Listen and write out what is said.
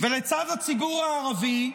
ולצד הציבור הערבי,